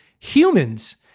humans